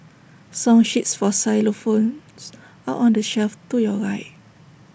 song sheets for xylophones are on the shelf to your right